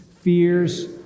fears